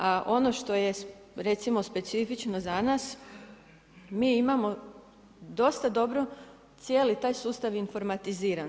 A ono što je recimo specifično za nas, mi imamo dosta dobro cijeli taj sustav informatiziran.